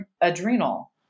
adrenal